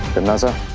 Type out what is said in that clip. timnasa,